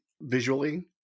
visually